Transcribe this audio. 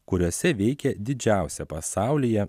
kuriose veikia didžiausia pasaulyje